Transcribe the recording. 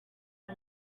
had